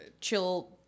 chill